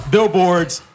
Billboard's